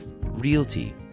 Realty